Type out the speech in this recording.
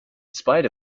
spite